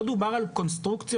לא דובר על קונסטרוקציות,